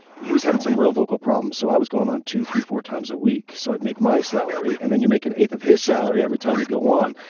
he was having some real vocal problems so i was going on two three four times a week so i'd make my salary and then you make an eighth of his salary every time you go on.